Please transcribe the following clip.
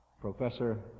Professor